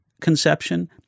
conception